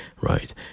right